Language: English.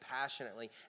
passionately